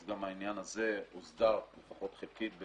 אז גם העניין הזה הוסדר לפחות חלקית,